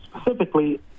Specifically